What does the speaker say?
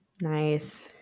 nice